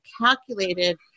calculated